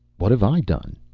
what have i done?